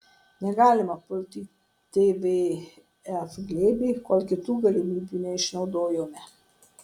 negalima pulti į tvf glėbį kol kitų galimybių neišnaudojome